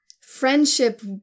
friendship